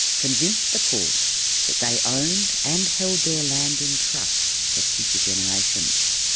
convinced the court that they owned and held their land in trust for future generations,